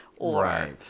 Right